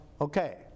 okay